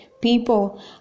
People